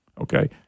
okay